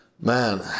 Man